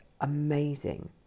amazing